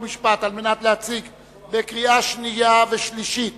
חוק ומשפט להציג לקריאה שנייה ולקריאה שלישית